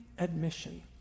Admission